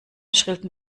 schrillten